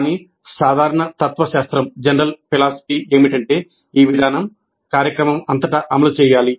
కానీ సాధారణ తత్వశాస్త్రం ఏమిటంటే ఈ విధానం కార్యక్రమం అంతటా అమలు చేయాలి